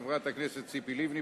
חברת הכנסת ציפי לבני,